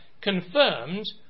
confirmed